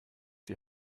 die